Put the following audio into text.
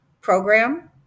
program